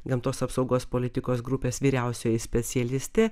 gamtos apsaugos politikos grupės vyriausioji specialistė